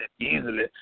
easily